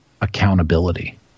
accountability